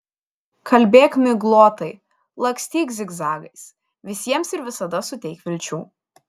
kalbėk miglotai lakstyk zigzagais visiems ir visada suteik vilčių